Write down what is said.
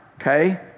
Okay